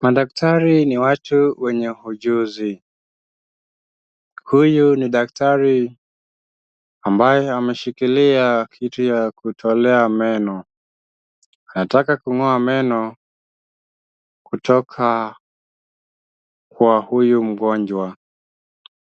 Madaktari ni watu wenye ujuzi. Huyu ni daktari ambaye ameshikilia kitu ya kutolea meno, anataka kung'oa meno kutoka kwa huyu mgonjwa,